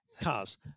Cars